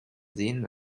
sehen